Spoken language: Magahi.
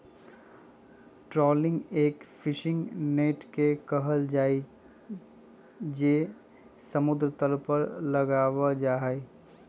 ट्रॉलिंग एक फिशिंग नेट से कइल जाहई जो समुद्र तल पर लगावल जाहई